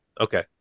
Okay